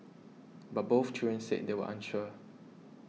but both children said they were unsure